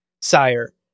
Sire